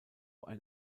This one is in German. ein